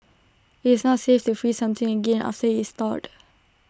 IT is not safe to freeze something again after IT has thawed